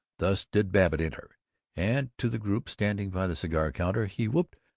thus did babbitt enter, and to the group standing by the cigar-counter he whooped,